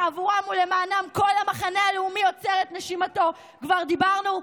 שעבורם ולמענם כל המחנה הלאומי עוצר את נשימתו כבר דיברנו.